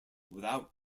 without